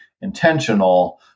intentional